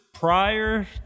prior